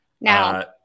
Now